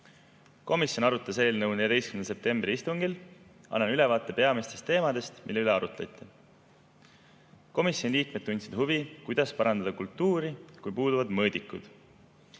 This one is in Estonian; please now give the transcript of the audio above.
Komisjon arutas eelnõu 14. septembri istungil. Annan ülevaate peamistest teemadest, mille üle arutleti. Komisjoni liikmed tundsid huvi, kuidas parandada kultuuri, kui puuduvad mõõdikud.